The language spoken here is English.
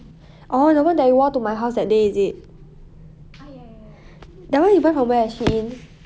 orh the [one] that you wore to my house that day is it that [one] you buy from where SHEIN